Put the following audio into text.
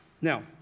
Now